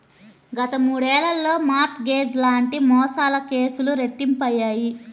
గత మూడేళ్లలో mortgage లాంటి మోసాల కేసులు రెట్టింపయ్యాయి